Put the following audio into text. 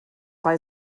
bei